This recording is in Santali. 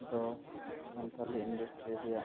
ᱫᱚ ᱥᱟᱱᱛᱟᱲᱤ ᱤᱱᱰᱟᱥᱴᱨᱤ ᱨᱮᱭᱟᱜ